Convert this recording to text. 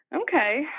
Okay